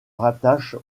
rattache